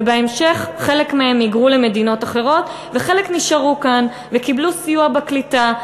ובהמשך חלק מהם היגרו למדינות אחרות וחלק נשארו כאן וקיבלו סיוע בקליטה.